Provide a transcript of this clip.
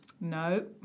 No